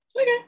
Okay